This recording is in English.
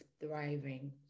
thriving